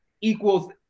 equals